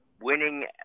winning